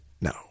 No